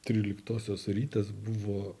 tryliktosios rytas buvo